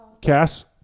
Cass